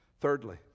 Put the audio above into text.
thirdly